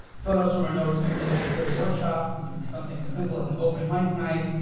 photos from our no-experience-necessary workshop. we did something as simple as an open-mic night.